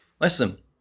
Listen